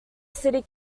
city